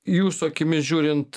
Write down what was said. jūsų akimis žiūrint